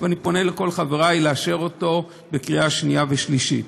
ואני פונה לכל חברי לאשר אותו בקריאה שנייה ושלישית.